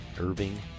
Irving